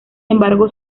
embargo